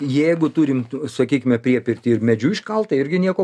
jeigu turim sakykime priepirtį ir medžiu iškaltą irgi nieko